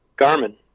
Garmin